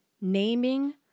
naming